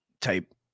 type